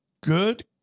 good